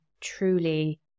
truly